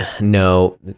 no